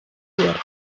hir